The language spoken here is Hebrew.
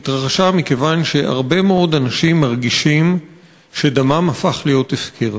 התרחשה מכיוון שהרבה מאוד אנשים מרגישים שדמם הפך להיות הפקר.